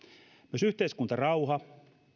myös yhteiskuntarauha